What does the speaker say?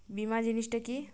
বীমা জিনিস টা কি?